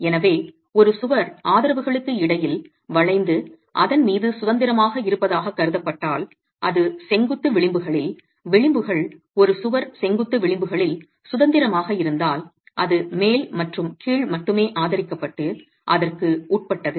எனவே ஒரு சுவர் ஆதரவுகளுக்கு இடையில் வளைந்து அதன் மீது சுதந்திரமாக இருப்பதாகக் கருதப்பட்டால் அது செங்குத்து விளிம்புகளில் விளிம்புகள் ஒரு சுவர் செங்குத்து விளிம்புகளில் சுதந்திரமாக இருந்தால் அது மேல் மற்றும் கீழ் மட்டுமே ஆதரிக்கப்பட்டு அதற்கு உட்பட்டது